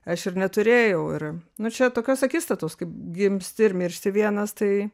aš ir neturėjau ir nu čia tokios akistatos kaip gimsti ir miršti vienas tai